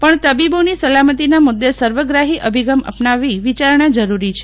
પણ તબીબોની સલામતી ના મુદ્દે સર્વગ્રાહી અભિગમ અપનાવી વિચારણા જરૂરી છે